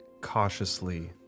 cautiously